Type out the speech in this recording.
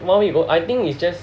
well I think it's just